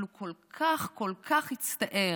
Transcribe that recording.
אבל הוא כל כך כל כך הצטער,